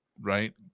right